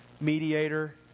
mediator